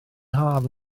haf